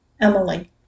Emily